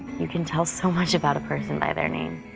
you can tell so much about a person by their name.